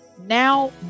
now